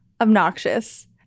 obnoxious